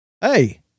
hey